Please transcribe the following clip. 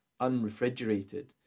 unrefrigerated